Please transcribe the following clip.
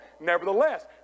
Nevertheless